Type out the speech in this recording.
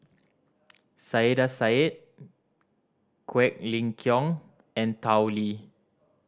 Saiedah Said Quek Ling Kiong and Tao Li